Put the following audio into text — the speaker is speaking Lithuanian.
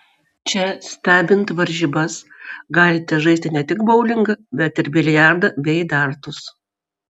čia stebint varžybas galite žaisti ne tik boulingą bet ir biliardą bei dartus